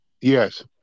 Yes